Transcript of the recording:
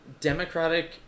democratic